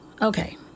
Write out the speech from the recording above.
Okay